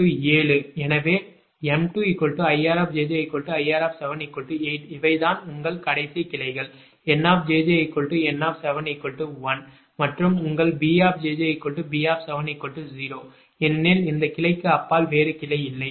jj7 எனவே m2IRjjIR78 இவை தான் உங்கள் கடைசி கிளைகள் NjjN71 வலது மற்றும் உங்கள் BjjB70 ஏனெனில் இந்த கிளைக்கு அப்பால் வேறு கிளை இல்லை